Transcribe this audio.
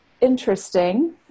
interesting